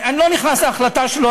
אני לא נכנס להחלטה שלו,